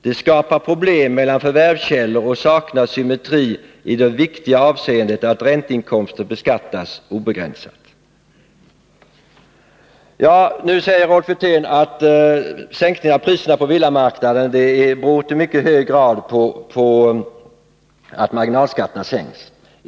Det skapar problem mellan förvärvskällor och saknar symmetri i det viktiga avseendet att ränteinkomster beskattas obegränsat.” Nu säger Rolf Wirtén att sänkningen av priserna på villamarknaden i mycket hög grad beror på att marginalskatterna sänks.